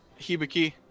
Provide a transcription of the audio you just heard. Hibiki